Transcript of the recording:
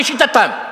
לשיטתם,